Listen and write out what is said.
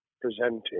presenting